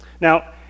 Now